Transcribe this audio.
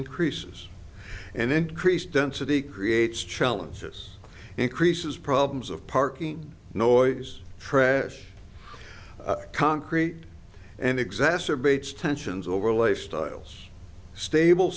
increases and increased density creates challenges increases problems of parking noise trash concrete and exacerbates tensions over lifestyles stable